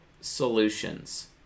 solutions